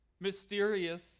mysterious